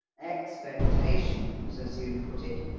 expectations, as you put it,